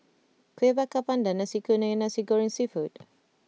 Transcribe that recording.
Kueh Bakar Pandan Nasi Kuning and Nasi Goreng Seafood